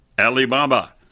Alibaba